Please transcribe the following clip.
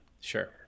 Sure